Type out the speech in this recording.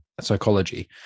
psychology